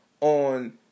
on